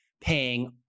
paying